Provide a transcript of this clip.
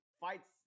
fights